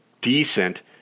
decent